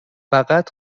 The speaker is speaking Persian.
فقط